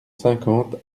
cinquante